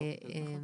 אין מחלוקת.